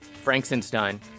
Frankenstein